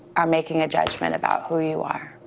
are making a judgment about who you are?